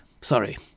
sorry